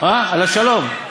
על השלום,